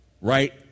right